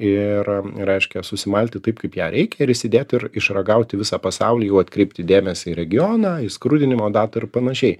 ir reiškia susimalti taip kaip ją reikia ir įsidėt ir išragauti visą pasaulį jau atkreipti dėmesį į regioną į skrudinimo datą ir panašiai